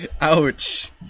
Ouch